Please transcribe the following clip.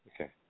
Okay